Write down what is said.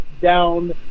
Down